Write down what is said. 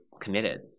committed